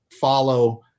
follow